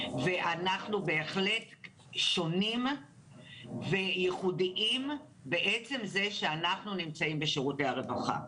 ואנחנו בהחלט שונים וייחודיים בעצם זה שאנחנו נמצאים בשירותי הרווחה.